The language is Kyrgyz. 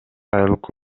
айлык